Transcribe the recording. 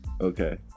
Okay